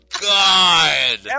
God